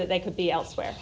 that they could be elsewhere